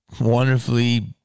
wonderfully